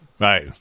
Right